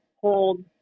hold